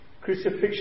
Crucifixion